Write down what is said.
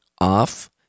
off